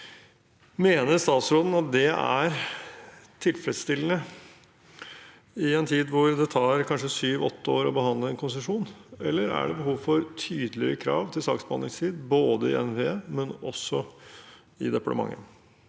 Mener statsråden at det er tilfredsstillende i en tid hvor det tar kanskje sju–åtte år å behandle en konsesjon, eller er det behov for tydeligere krav til saksbehandlingstid både i NVE og i departementet?